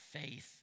faith